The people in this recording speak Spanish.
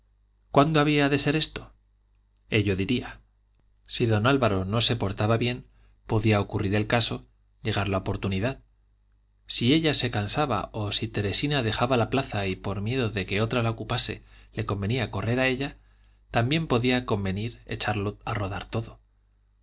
cuándo había de ser esto ello diría si don álvaro no se portaba bien podía ocurrir el caso llegar la oportunidad si ella se cansaba o si teresina dejaba la plaza y por miedo de que otra la ocupase le convenía correr a ella también podía convenir echarlo a rodar todo